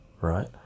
right